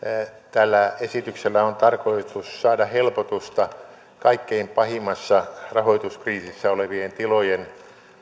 tällä esityksellä on tarkoitus saada helpotusta kaikkein pahimmassa rahoituskriisissä olevien tilojen